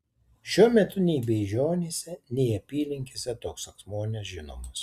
šiuo metu nei beižionyse nei apylinkėse toks akmuo nežinomas